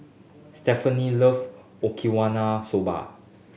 Stefani love Okiwana soba